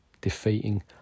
defeating